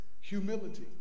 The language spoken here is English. humility